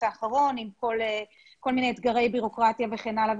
האחרון עם כל מיני אתגרי בירוקרטיה וכן הלאה.